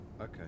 okay